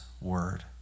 word